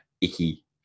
icky